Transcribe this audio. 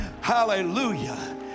Hallelujah